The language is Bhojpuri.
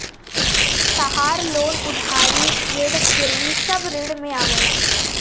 तहार लोन उधारी ऋण गिरवी सब ऋण में आवेला